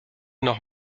noch